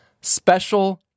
special